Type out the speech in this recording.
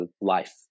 life